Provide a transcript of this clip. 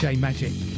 J-Magic